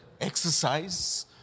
exercise